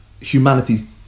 humanity's